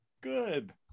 Good